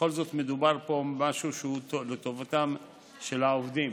בכל זאת מדובר פה במשהו שהוא לטובתם של העובדים,